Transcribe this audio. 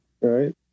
right